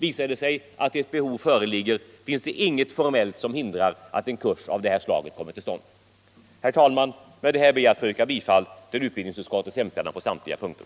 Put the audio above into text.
Visar det sig då att behov av en sådan här kurs föreligger, finns det formellt ingenting som hindrar att den kommer till stånd. Herr talman! Med detta ber jag att få yrka bifall till utbildningsutskoltcts hemställan på samtliga punkter.